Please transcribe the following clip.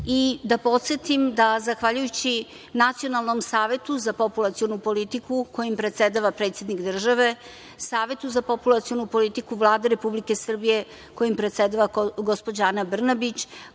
i da podsetim da, zahvaljujući Nacionalnom savetu za populacionu politiku, kojim predsedava predsednik države, Savetu za populacionu politiku Vlade Republike Srbije, kojim predsedava gospođa Ana Brnabić,